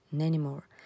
anymore